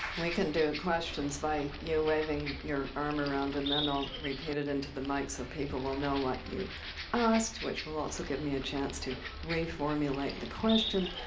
we can do questions by you waving your arm around, and then i'll repeat it into the mic so people will know what you asked, which will also give me a chance to reformulate the question